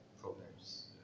problems